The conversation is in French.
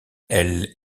elle